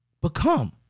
become